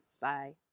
Bye